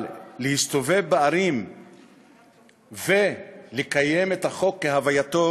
אבל להסתובב בערים ולקיים את החוק כהווייתו?